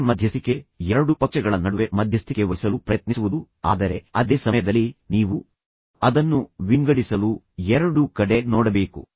ಮತ್ತೆ ಮಧ್ಯಸ್ಥಿಕೆ ಎರಡು ಪಕ್ಷಗಳ ನಡುವೆ ಮಧ್ಯಸ್ಥಿಕೆ ವಹಿಸಲು ಪ್ರಯತ್ನಿಸುವುದು ಆದರೆ ಅದೇ ಸಮಯದಲ್ಲಿ ನೀವು ನಿಜವಾಗಿಯೂ ಅದನ್ನು ವಿಂಗಡಿಸಲು ನೀವು ಎರಡೂ ಕಡೆ ನೋಡಬೇಕು